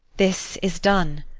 this is done.